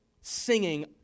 singing